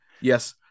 Yes